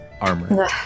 armor